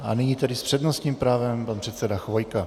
A nyní s přednostním právem pan předseda Chvojka.